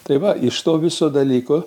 tai va iš to viso dalyko